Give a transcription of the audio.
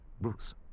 Bruce